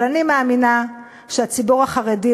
אבל אני מאמינה שהציבור החרדי,